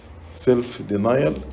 self-denial